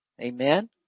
Amen